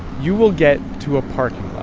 you will get to a parking lot.